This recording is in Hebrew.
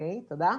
ולכן